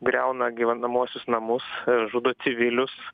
griauna gyvenamuosius namus žudo civilius